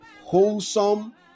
wholesome